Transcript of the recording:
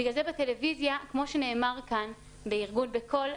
בגלל זה בטלוויזיה כמו שנאמר כאן מארגון 'בקול',